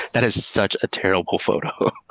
that is such a terrible photo.